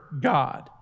God